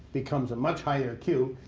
becomes a much higher q.